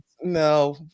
No